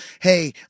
hey